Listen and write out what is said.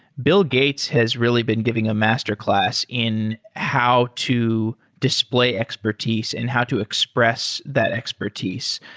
bill gates has really been giving a master class in how to display expertise and how to express that expertise.